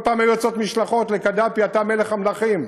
כל פעם היו יוצאות משלחות לקדאפי: אתה מלך המלכים.